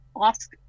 ask